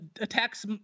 attacks